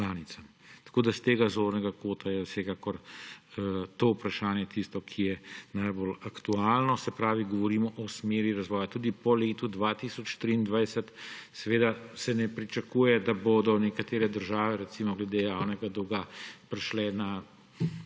članicam. S tega zornega kota je vsekakor to vprašanje tisto, ki je najbolj aktualno, govorimo o smeri razvoja. Tudi po letu 2023 se seveda ne pričakuje, da bodo nekatere države recimo glede javnega dolga prešle na